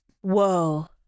Whoa